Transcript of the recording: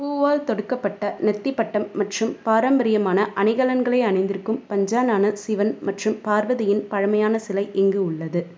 பூவால் தொடுக்கப்பட்ட நெத்திப் பட்டம் மற்றும் பாரம்பரியமான அணிகலன்களை அணிந்திருக்கும் பஞ்சானன சிவன் மற்றும் பார்வதியின் பழமையான சிலை இங்கு உள்ளது